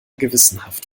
gewissenhaft